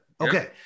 okay